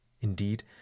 Indeed